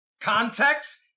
context